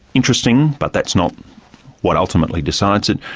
interesting, but that's not what ultimately decides it.